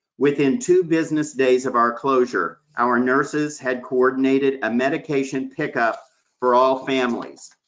within two business days of our closure, our nurses had coordinated a medication pickup for all families.